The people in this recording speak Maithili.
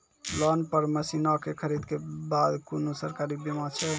लोन पर मसीनऽक खरीद के बाद कुनू सरकारी बीमा छै?